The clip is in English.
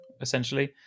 essentially